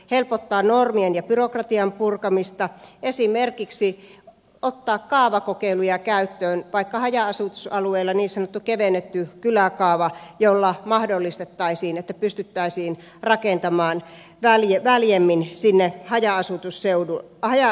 helpottaa normien ja byrokratian purkamista esimerkiksi ottaa kaavakokeiluja käyttöön vaikka haja asutusalueella niin sanotun kevennetyn kyläkaavan jolla mahdollistettaisiin että pystyttäisiin rakentamaan väljemmin sinne haja asutusalueelle